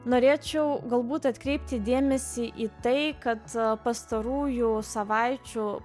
norėčiau galbūt atkreipti dėmesį į tai kad pastarųjų savaičių